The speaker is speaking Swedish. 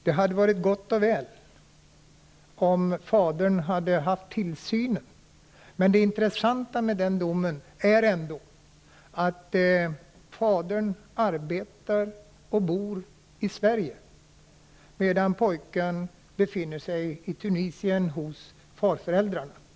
Det hade varit gott och väl om fadern hade haft tillsynen, men det intressanta med domen är att fadern arbetar och bor i Sverige medan pojken befinner sig hos farföräldrarna i Tunisien.